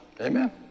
Amen